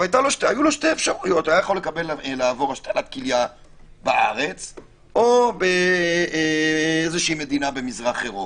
היה יכול לעשות בארץ או במדינה במזרח אירופה.